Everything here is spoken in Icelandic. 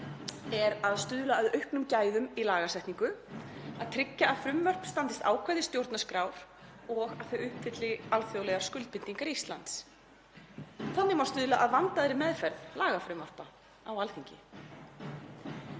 er að stuðla að auknum gæðum í lagasetningu, að tryggja að frumvörp standist ákvæði stjórnarskrár og að þau uppfylli alþjóðlegar skuldbindingar Íslands. Þannig má stuðla að vandaðri meðferð lagafrumvarpa á Alþingi.